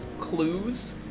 clues